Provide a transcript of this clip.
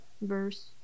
verse